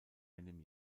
einem